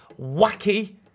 wacky